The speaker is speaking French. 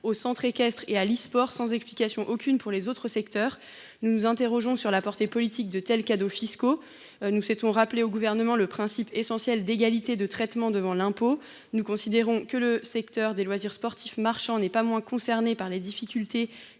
les centres équestres et pour le e sport sans aucune explication pour les autres secteurs. Nous nous interrogeons sur la portée politique de tels cadeaux fiscaux. Nous souhaitons rappeler au Gouvernement le principe essentiel d’égalité de traitement devant l’impôt. Le secteur des loisirs sportifs marchands n’est pas moins concerné par les difficultés